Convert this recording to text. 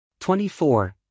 24